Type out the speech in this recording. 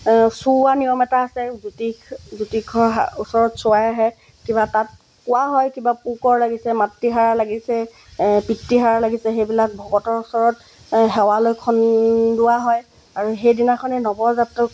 চুওৱা নিয়ম এটা আছে জ্যোতিষ জ্যোতিষৰ ওচৰত চোৱাই আহে কিবা তাত কোৱা হয় কিবা পুকৰ লাগিছে মাতৃহাৰা লাগিছে পিতৃহাৰা লাগিছে সেইবিলাক ভগতৰ ওচৰত সেৱালৈ খন্দোৱা হয় আৰু সেইদিনাখনেই নৱজাতক